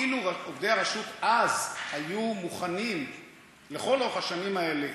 אילו עובדי הרשות אז היו מוכנים לכל אורך השנים האלה